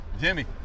Jimmy